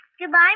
Goodbye